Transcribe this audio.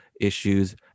issues